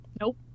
Nope